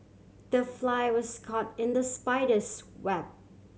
the fly was caught in the spider's web